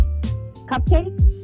Cupcake